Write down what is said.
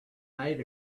made